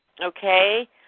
Okay